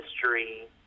history